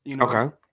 Okay